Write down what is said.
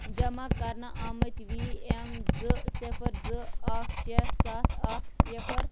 جمع کَرنہٕ آمٕتۍ وِی ایٚم زٕ صِفَر زٕ اکھ شےٚ ستھ اکھ صِفَر